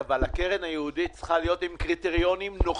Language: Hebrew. גם היום הן בקו העוני אבל הן יידרדרו וייזרקו לרחוב.